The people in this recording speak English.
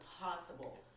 impossible